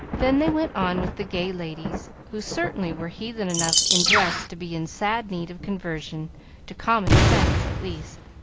then they went on with the gay ladies, who certainly were heathen enough in dress to be in sad need of conversion to common-sense at least.